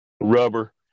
rubber